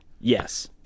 Yes